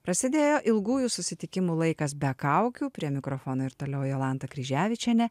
prasidėjo ilgųjų susitikimų laikas be kaukių prie mikrofono ir toliau jolanta kryževičienė